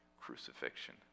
crucifixion